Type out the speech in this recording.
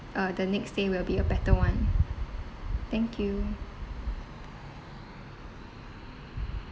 uh the next stay will be a better one thank you